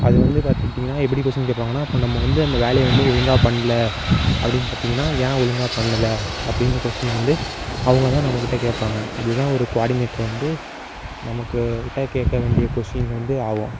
அது வந்து பார்த்துக்கிட்டிங்கனா எப்படி கொஷின் கேட்பாங்கனா இப்போ நம்ம வந்து அந்த வேலையை வந்து ஒழுங்காக பண்ணல அப்படின் பார்த்திங்கனா ஏன் ஒழுங்காக பண்ணலை அப்படின்னு கொஷினு வந்து அவங்க தான் நம்மகிட்ட கேட்பாங்க அது தான் ஒரு கோஆர்டினேட்டர் வந்து நமக்குக்கிட்ட கேட்க வேண்டிய கொஷின் வந்து ஆகும்